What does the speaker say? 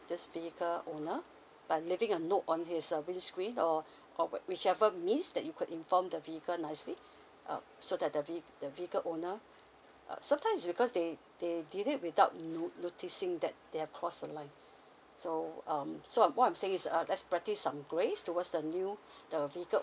this vehicle owner by leaving a note on his uh windscreen or or whichever means that you could inform the vehicle nicely uh so that the vehi~ the vehicle owner uh sometimes is because they they did it without no noticing that they have crossed the line so um so um what I'm saying is err let's practise some grace towards the new the vehicle